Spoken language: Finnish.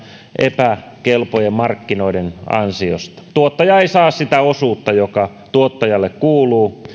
epäkelpojen markkinoiden ansiosta tuottaja ei saa sitä osuutta joka tuottajalle kuuluu